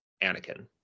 Anakin